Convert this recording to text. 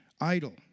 Idle